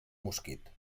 mosquit